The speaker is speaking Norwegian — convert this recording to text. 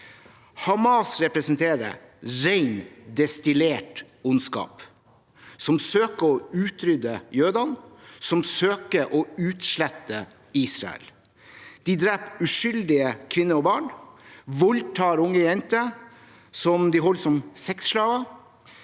Hamas representerer ren, destillert ondskap som søker å utrydde jødene, som søker å utslette Israel. De dreper uskyldige kvinner og barn, voldtar unge jenter som de holder som sexslaver.